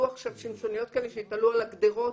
עכשיו שמשוניות כאלה שיתלו על הגדרות,